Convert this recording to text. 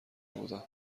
بودم